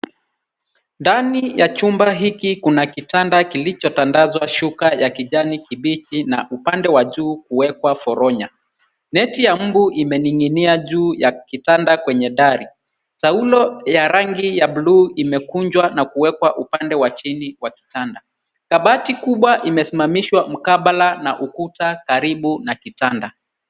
Ndani ya chumba hiki kuna kitanda kilichotandazwa shuka ya kijani kibichi, na upande wa juu kuwekwa foronya. Neti ya mbu imening'inia juu ya kitanda kwenye dari. Taulo ya rangi ya bluu imekunjwa na kuwekwa upande wa chini wa kitanda. Kabati kubwa imesimamishwa mkabala na ukuta karibu na kitanda.